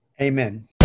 Amen